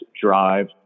drive